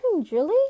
Julie